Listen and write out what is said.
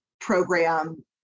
program